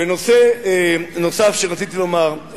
בנושא נוסף רציתי לומר,